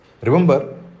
remember